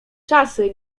czasy